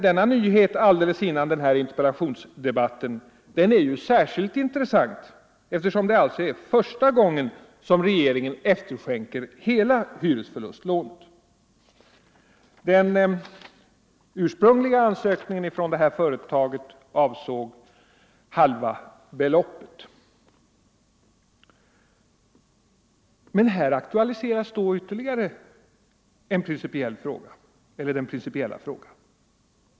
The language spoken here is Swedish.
Denna nyhet strax före den här interpellationsdebatten är särskilt intressant eftersom det är första gången som regeringen efterskänker hela hyresförlustlånet — den ursprungliga ansökningen från företaget avsåg halva beloppet. Därmed aktualiseras ytterligare den principiella frågan.